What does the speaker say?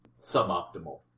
suboptimal